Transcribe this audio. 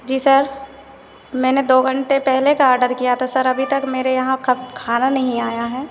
जी sir मैंने दो घंटे पहले का आर्डर किया था सर अभी तक मेरे यहाँ का खाना नहीं आया है